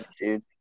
dude